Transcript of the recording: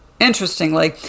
Interestingly